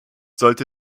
sollte